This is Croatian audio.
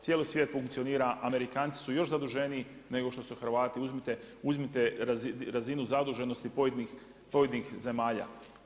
Cijeli svijet funkcionira, Amerikanci su još zaduženiji, nego što su Hrvati, uzmite razinu zaduženosti pojedinih zemalja.